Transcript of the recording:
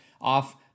off